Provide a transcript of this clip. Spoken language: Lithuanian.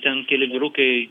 ten keli vyrukai